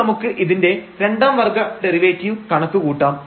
ഇനി നമുക്ക് ഇതിന്റെ രണ്ടാം വർഗ്ഗ ഡെറിവേറ്റീവ് കണക്ക് കൂട്ടാം